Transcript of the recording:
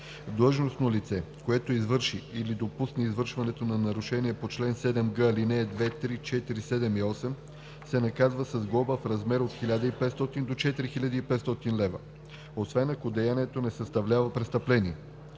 Длъжностно лице, което извърши или допусне извършването на нарушение по чл. 7г, ал. 2, 3, 4, 7 и 8, се наказва с глоба в размер от 1500 до 4500 лв., освен ако деянието не съставлява престъпление.